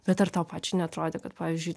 bet ar tau pačiai neatrodė kad pavyzdžiui